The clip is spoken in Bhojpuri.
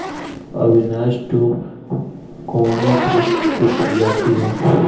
अविनाश टू कवने बीज क प्रजाति ह?